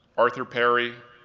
arthur perry,